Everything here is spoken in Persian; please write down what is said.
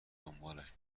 دنبالش